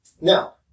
Now